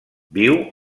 viu